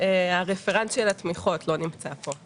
הרפרנט של התמיכות לא נמצא כאן,